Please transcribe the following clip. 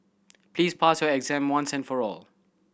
please pass your exam once and for all